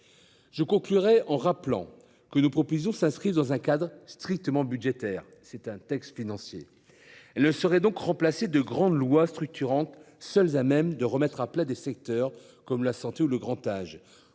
conclure, je rappelle que nos propositions s’inscrivent dans un cadre strictement budgétaire – c’est un texte financier. Elles ne sauraient donc remplacer de grandes lois structurantes, seules à même de remettre à plat des secteurs comme la santé ou le grand âge,